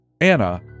Anna